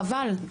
חבל.